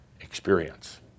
experience